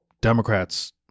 Democrats